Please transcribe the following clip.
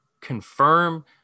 confirm